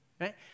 Right